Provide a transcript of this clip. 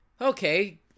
okay